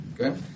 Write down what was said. okay